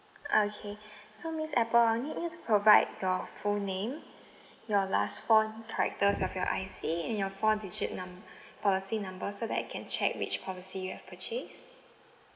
okay so miss apple I'll need you to provide your full name your last four characters of your I_C and your four digit num~ policy number so that I can check which policy you have purchased